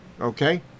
Okay